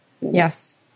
yes